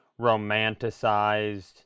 romanticized